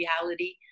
reality